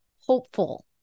hopeful